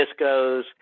discos